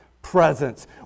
Presence